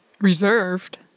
Reserved